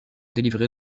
délivré